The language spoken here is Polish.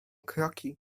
kroki